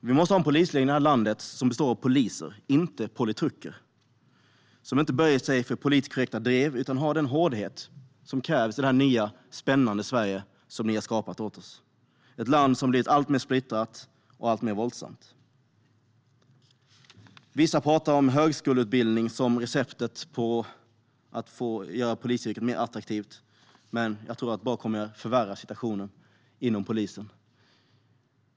Vi måste ha en polisledning som består av poliser, inte politruker. Det ska vara en ledning som inte böjer sig för politiskt korrekta drev utan har den hårdhet som krävs i det nya, spännande Sverige som ni har skapat åt oss. Det är ett land som har blivit alltmer splittrat och alltmer våldsamt. Vissa talar om högskoleutbildning som receptet för att göra polisyrket mer attraktivt, men jag tror att det bara kommer att förvärra situationen inom polisen.